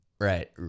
Right